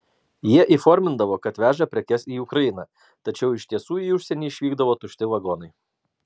jie įformindavo kad veža prekes į ukrainą tačiau iš tiesų į užsienį išvykdavo tušti vagonai